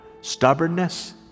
stubbornness